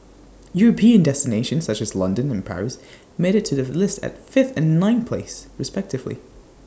european destinations such as London and Paris made IT to the list at fifth and ninth place respectively